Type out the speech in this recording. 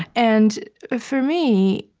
and for me,